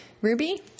Ruby